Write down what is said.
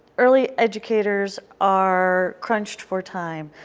early educators are crunched for time.